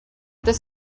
this